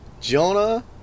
Jonah